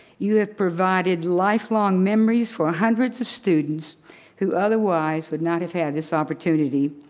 you have provided lifelong memories for hundreds of students who otherwise would not have had this opportunity.